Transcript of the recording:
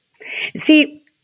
See